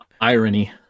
Irony